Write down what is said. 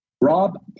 Rob